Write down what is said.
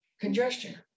congestion